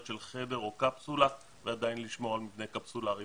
של חדר או קפסולה ועדיין לשמור על מבנה קפסולרי.